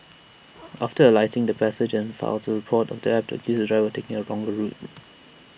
after alighting the passenger then files A report the app to accuse the driver taking A longer route